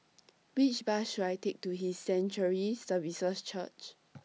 Which Bus should I Take to His Sanctuary Services Church